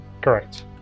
Correct